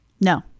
No